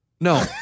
No